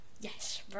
Yes